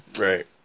right